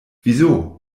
wieso